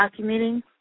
documenting